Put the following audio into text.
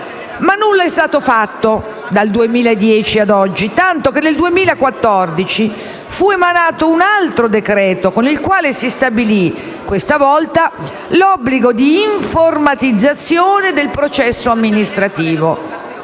ma nulla è stato fatto dal 2010 ad oggi, tanto che nel 2014 fu emanato un altro decreto, con cui questa volta si stabilì l'obbligo di informatizzazione del processo amministrativo,